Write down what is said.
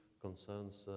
concerns